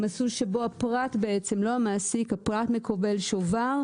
מסלול שבו הפרט ולא המעסיק מקבל שובר,